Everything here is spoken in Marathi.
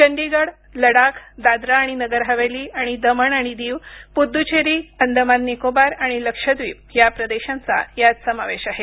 चंदीगड लडाख दादरा आणि नगर हवेली आणि दमण आणि दीव पुदुचेरी अंदमान निकोबार आणि लक्षद्वीप या प्रदेशांचा यात समावेश आहे